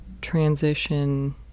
transition